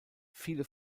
viele